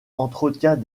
entretient